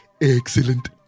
excellent